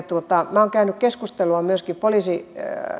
minä olen käynyt keskustelua myöskin